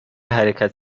حرکت